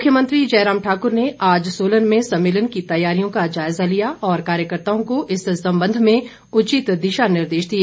मुख्यमंत्री जयराम ठाकुर ने आज सोलन में सम्मेलन की तैयारियों का जायजा लिया और कार्यकर्ताओं को इस संबंध में उचित दिशा निर्देश दिए